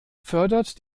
fördert